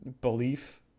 belief